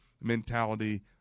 mentality